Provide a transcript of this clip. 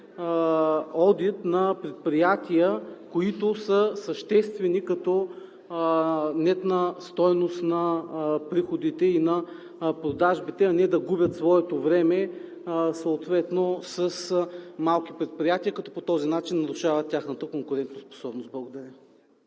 одит на предприятия, които са съществени, като нетна стойност на приходите и на продажбите, а не да губят своето време с малки предприятия. По този начин влошават тяхната конкурентоспособност. Благодаря.